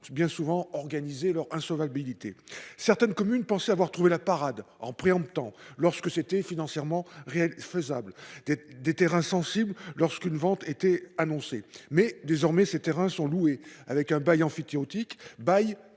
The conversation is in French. bien souvent organisé leur insolvabilité. Certaines communes pensaient avoir trouvé la parade en préemptant, quand c'était financièrement faisable, des terrains sensibles lorsqu'une vente était annoncée. Mais désormais, ces terrains sont loués avec un bail emphytéotique, qui